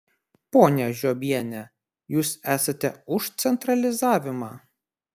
ponia žiobiene jūs esate už centralizavimą